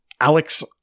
Alex